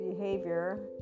Behavior